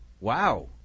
Wow